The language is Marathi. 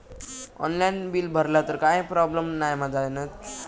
ऑनलाइन बिल भरला तर काय प्रोब्लेम नाय मा जाईनत?